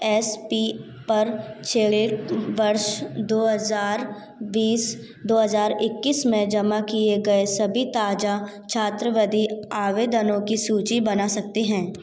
S P पर चलित वर्ष दो हज़ार बीस दो हज़ार इक्कीस में जमा किए गए सभी ताज़ा छात्रवृति आवेदनों की सूची बना सकते हैं